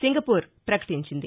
Singapore పకటించింది